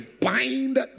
bind